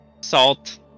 salt